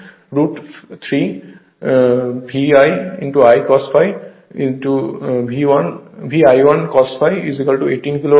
এবং root 3 VI 1 cos phi 18 kilowatt হয়